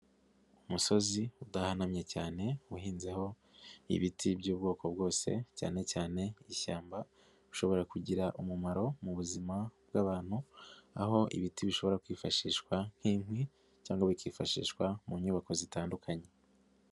Umusozi udahanamye cyane, uhinzeho ibiti by'ubwoko bwose cyane cyane ishyamba, Rshobora kugira umumaro mu buzima bw'abantu, aho ibiti bishobora kwifashishwa nk'inkwi cyangwa bikifashishwa mu nyubako zitandukanye.